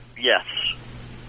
yes